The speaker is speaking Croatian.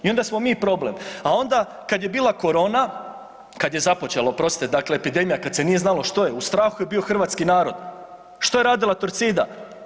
I onda smo mi problem, a onda kad je bila korona, kad je započela, oprostite, epidemija, kad se nije znalo što je, u strahu je bio hrvatski narod, što je radila Torcida?